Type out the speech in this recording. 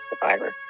survivor